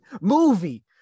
movie